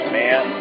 man